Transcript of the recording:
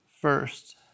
first